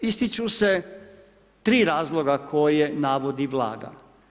Ističu se tri razloga koje navodi Vlada.